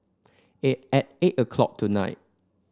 at eight o'clock tonight